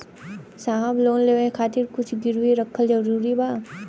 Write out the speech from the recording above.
साहब लोन लेवे खातिर कुछ गिरवी रखल जरूरी बा?